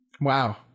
Wow